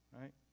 right